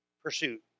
Pursuit